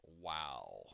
Wow